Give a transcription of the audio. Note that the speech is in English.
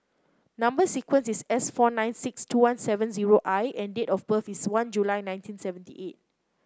number sequence is S four nine six two one seven zero I and date of birth is one July nineteen seventy eight